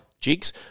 jigs